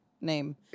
name